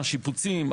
שיפוצים,